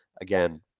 again